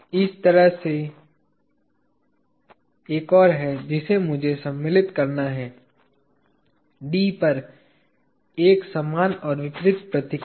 इस तरह की एक और है जिसे मुझे सम्मिलित करना है D पर एक समान और विपरीत प्रतिक्रिया